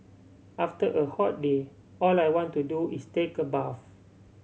after a hot day all I want to do is take a bath